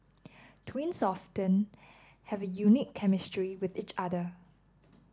twins often have a unique chemistry with each other